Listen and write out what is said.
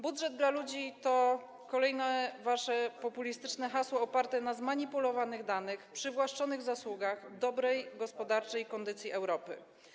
Budżet dla ludzi to kolejne wasze populistyczne hasło oparte na zmanipulowanych danych, przywłaszczonych zasługach i dobrej gospodarczej kondycji Europy.